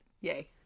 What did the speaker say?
yay